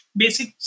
basic